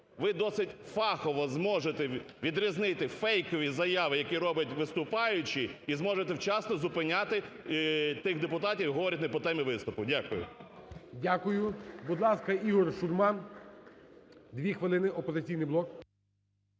ви досить фахово зможете відрізнити фейкові заяви, які робить виступаючий і зможете вчасно зупиняти тих депутатів, які говорити по темі виступу. Дякую. ГОЛОВУЮЧИЙ. Дякую. Будь ласка, Ігор Шурма, 2 хвилини, "Опозиційний блок".